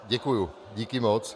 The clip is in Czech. Děkuju, díky moc.